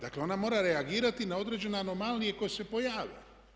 Dakle, ona mora reagirati na određene anomalije koje se pojave.